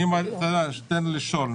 תן לשאול.